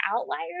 outliers